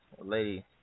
lady